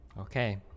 okay